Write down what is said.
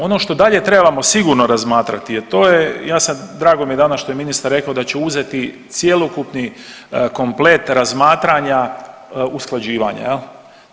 Ono što dalje trebamo sigurno razmatrati je to je, ja sam, drago mi je danas što je ministar rekao da će uzeti cjelokupni komplet razmatranja usklađivanja, je li?